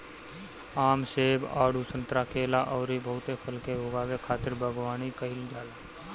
आम, सेब, आडू, संतरा, केला अउरी बहुते फल के उगावे खातिर बगवानी कईल जाला